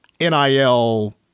NIL